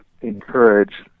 encourage